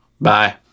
Bye